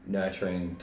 nurturing